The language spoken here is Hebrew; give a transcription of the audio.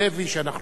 שאנחנו יודעים,